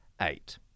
eight